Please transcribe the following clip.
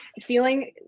feeling